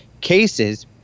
cases